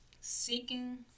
seeking